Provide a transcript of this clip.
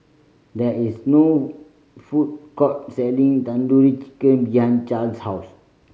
there is no food court selling Tandoori Chicken behind Charls' house